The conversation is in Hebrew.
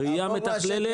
ראייה מתכללת.